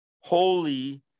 holy